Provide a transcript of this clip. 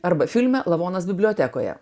arba filme lavonas bibliotekoje